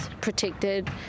protected